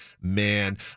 man